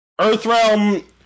Earthrealm